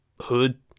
hood